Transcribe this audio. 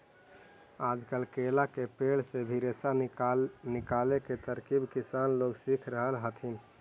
आजकल केला के पेड़ से भी रेशा निकाले के तरकीब किसान लोग सीख रहल हथिन